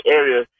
area